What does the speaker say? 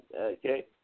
okay